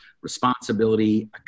responsibility